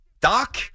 Doc